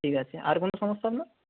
ঠিক আছে আর কোনো সমস্যা আপনার